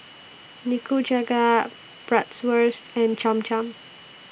Nikujaga Bratwurst and Cham Cham